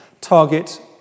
target